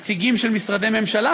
נציגים של משרדי ממשלה,